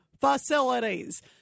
facilities